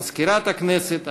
מזכירת הכנסת,